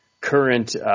Current